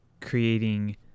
creating